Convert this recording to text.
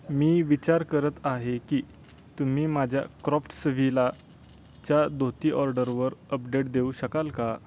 मी विचार करत आहे की तुम्ही माझ्या क्रॉफ्टसविला च्या धोती ऑर्डरवर अपडेट देऊ शकाल का